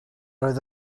oedd